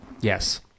Yes